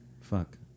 fuck